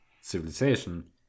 civilization